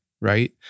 right